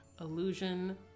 illusion